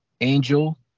Angel